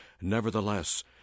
nevertheless